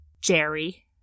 Jerry